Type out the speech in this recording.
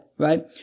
Right